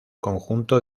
conjunto